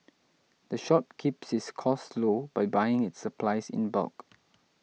the shop keeps its costs low by buying its supplies in bulk